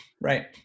Right